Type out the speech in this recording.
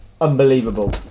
unbelievable